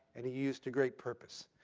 and he used to great purpose.